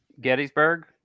Gettysburg